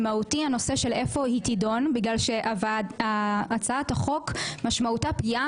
זה מהותי הנושא של איפה היא תידון משום שהצעת החוק משמעותה פגיעה